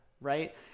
right